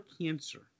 cancer